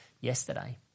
yesterday